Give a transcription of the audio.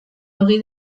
ogi